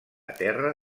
terra